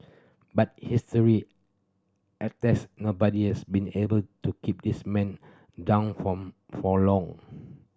but history attests nobody has been able to keep this man down form for long